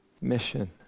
mission